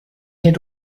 hid